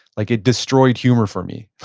like it destroyed humor for me.